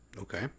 Okay